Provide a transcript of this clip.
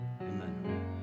Amen